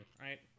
right